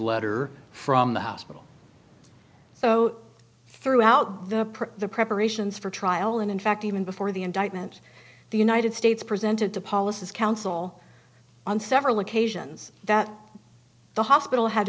letter from the hospital so throughout the press the preparations for trial and in fact even before the indictment the united states presented to policies counsel on several occasions that the hospital had